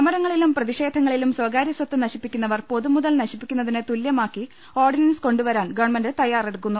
സമരങ്ങളിലും പ്രതിഷേധങ്ങളിലും സ്വകാര്യസ്വത്ത് നശിപ്പിക്കുന്നവർ പൊതുമുതൽ നശിപ്പിക്കുന്നതിന് തുല്യ മാക്കി ഓർഡിനൻസ് കൊണ്ടുവരാൻ ഗവൺമെന്റ് തയ്യാ റെടുക്കുന്നു